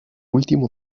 último